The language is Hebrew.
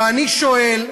ואני שואל,